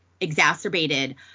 exacerbated